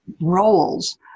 roles